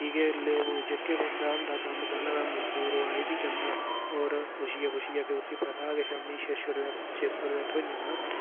की के लेबर जेह्के बंदा आह्नदा कम्म करना मजदूर आई बी जंदा होर खुशिया खुशिया जे उसी पता होऐ की छे सौ रपेआ थ्होई जाना